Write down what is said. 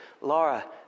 Laura